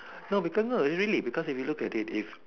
no because no really because if you look at it if